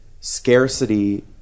scarcity